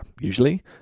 usually